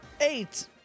Eight